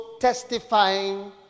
testifying